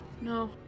No